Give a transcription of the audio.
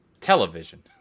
Television